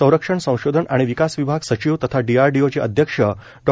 संरक्षण संशोधन आणि विकास विभाग सचिव तथा डीआरडीओचे अध्यक्ष डॉ